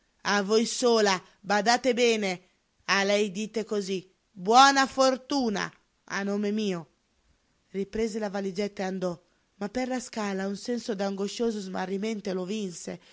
a voi sola badate bene a lei dite cosí buona fortuna a nome mio riprese la valigetta e andò via ma per la scala un senso d'angoscioso smarrimento lo vinse